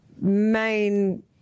main